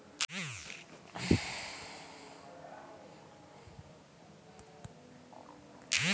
अंगुर सराए केँ रसकेँ कंटेनर मे ढारल जाइ छै कंटेनर केँ बजार भेजल जाइ छै